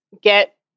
get